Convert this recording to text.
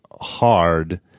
hard